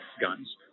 guns